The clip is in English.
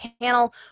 panel